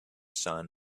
sun